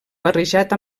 barrejat